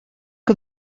que